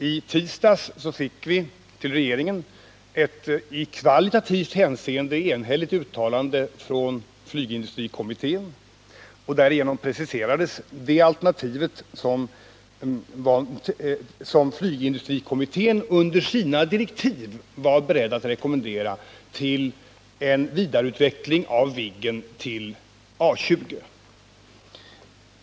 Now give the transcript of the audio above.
I tisdags fick regeringen ett i kvalitativt hänseende enhälligt uttalande från flygindustrikommittén, och därigenom preciserades det alternativ, som flygindustrikommittén under sina direktiv var beredd att rekommendera till en vidareutveckling av Viggen till A20.